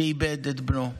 שאיבד את בנו?